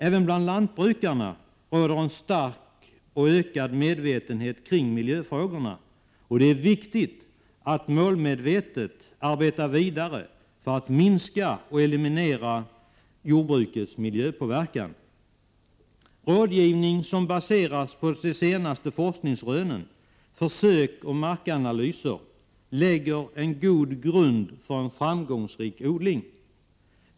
Även bland lantbrukarna råder en stark och ökad medvetenhet kring miljöfrågorna. Det är viktigt att målmedvetet arbeta vidare för att minska och eliminera jordbrukets miljöpåverkan. Rådgivning som baseras på de senaste forskningsrönen, på försök och markanalyser lägger en god grund för en framgångsrik odling.